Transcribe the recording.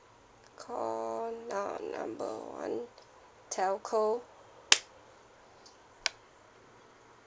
call num~ number one telco